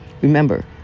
Remember